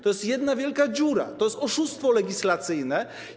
To jest jedna wielka dziura, to jest oszustwo legislacyjne.